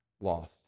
lost